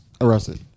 arrested